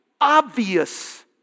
obvious